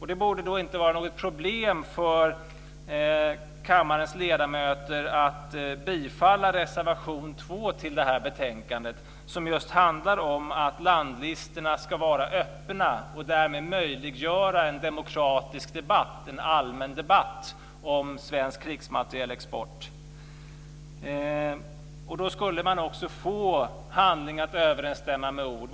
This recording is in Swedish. Det borde då inte vara något problem för kammarens ledamöter att bifalla reservation 2 till det här betänkandet, som just handlar om att landlistorna ska vara öppna och därmed möjliggöra en demokratisk och allmän debatt om svensk krigsmaterielexport. Då skulle man också få handling att överensstämma med ord.